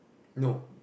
no